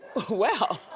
well.